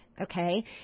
okay